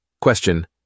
Question